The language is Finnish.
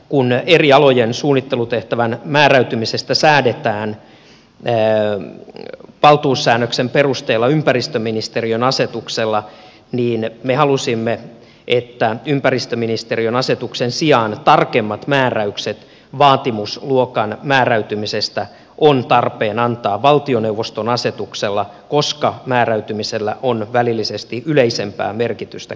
kun eri alojen suunnittelutehtävän määräytymisestä säädetään valtuussäännöksen perusteella ympäristöministeriön asetuksella niin me halusimme että ympäristöministeriön asetuksen sijaan tarkemmat määräykset vaativuusluokan määräytymisestä on tarpeen antaa valtioneuvoston asetuksella koska määräytymisellä on välillisesti yleisempää merkitystä kelpoisuuksien kannalta